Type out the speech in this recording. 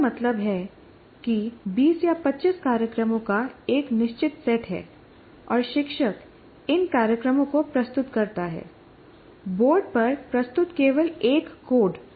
इसका मतलब है कि 20 या 25 कार्यक्रमों का एक निश्चित सेट है और शिक्षक इन कार्यक्रमों को प्रस्तुत करता है बोर्ड पर प्रस्तुत केवल एक कोड